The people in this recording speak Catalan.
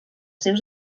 seus